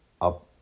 up